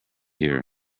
here